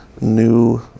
new